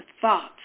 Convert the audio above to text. thoughts